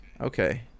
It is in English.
Okay